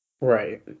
Right